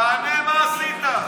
תענה מה עשית.